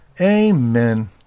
Amen